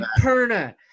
Perna